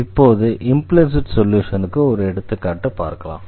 இப்போது இம்ப்ளிஸிட் சொல்யூஷனுக்கு ஒரு எடுத்துக்காட்டு பார்க்கலாம்